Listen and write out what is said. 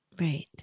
Right